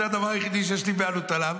זה הדבר היחידי שיש לי בעלות עליו.